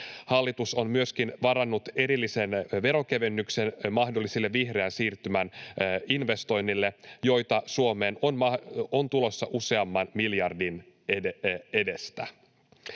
Hallitus on myöskin varannut erillisen veronkevennyksen mahdollisille vihreän siirtymän investoinneille, joita Suomeen on tulossa useamman miljardin edestä.